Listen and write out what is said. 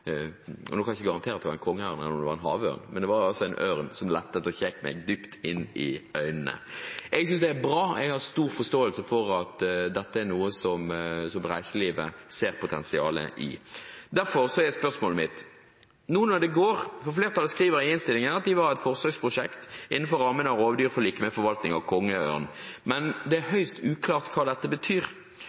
Nå kan jeg ikke garantere at det var en kongeørn, kanskje det var en havørn, men det var en ørn som lettet og kikket meg dypt inn i øynene. Jeg synes det er bra. Jeg har stor forståelse for at dette er noe som reiselivet ser potensialet i. Så til spørsmålet mitt: Flertallet skriver i innstillingen at de ber regjeringen igangsette et forsøksprosjekt for forvaltning av kongeørn innenfor rammen av rovdyrforliket, men det er høyst uklart hva dette betyr.